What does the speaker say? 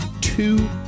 two